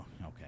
Okay